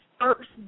first